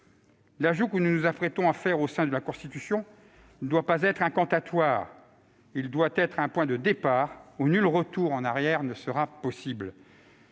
L'ajout que nous nous apprêtons à faire au sein de la Constitution ne doit pas être incantatoire. Il doit être un point de départ, où nul retour en arrière ne sera possible.